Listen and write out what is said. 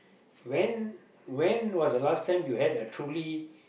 when when was the last time you had a truly